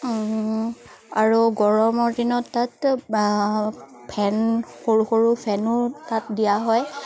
আৰু গৰমৰ দিনত তাত ফেন সৰু সৰু ফেনো তাত দিয়া হয়